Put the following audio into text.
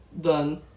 done